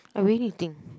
I really need to think